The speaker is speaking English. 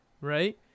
right